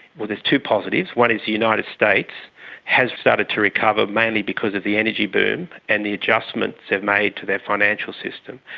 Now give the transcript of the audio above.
well, there's two positives, one is the united states has started to recover, mainly because of the energy boom and the adjustments they've made to their financial system.